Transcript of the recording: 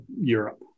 Europe